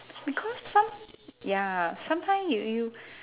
because some~ ya sometime you you